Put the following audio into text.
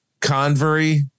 Convery